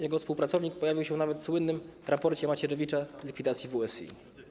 Jego współpracownik pojawił się nawet w słynnym raporcie Macierewicza z likwidacji WSI.